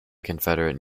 confederate